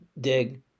dig